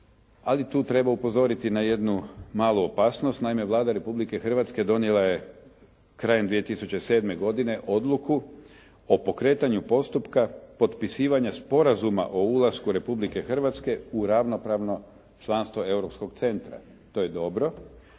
ali tu treba upozoriti na jednu malu opasnost. Naime, Vlada Republike Hrvatske donijela je krajem 2007. godine odluku o pokretanju postupka potpisivanja sporazuma o ulasku Republike Hrvatske u ravnopravno članstvo Europskog centra. To je dobro